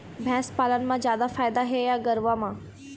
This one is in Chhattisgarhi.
भैंस पालन म जादा फायदा हे या गरवा म?